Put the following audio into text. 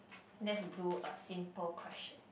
let's do a simple question